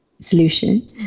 solution